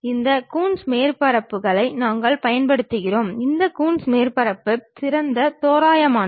இந்த கூன்ஸ் மேற்பரப்புகளை நாங்கள் பயன்படுத்துகிறோம் இந்த கூன்ஸ் மேற்பரப்புகள் சிறந்த தோராயமானவை